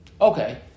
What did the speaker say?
Okay